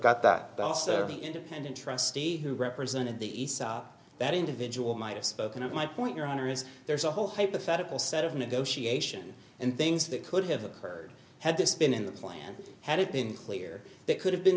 got that serving independent trustee who represented the aesop that individual might have spoken of my point your honor is there's a whole hypothetical set of negotiation and things that could have occurred had this been in the plan had it been clear that could have been